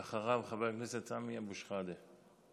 ואחריו, חבר הכנסת סמי אבו שחאדה.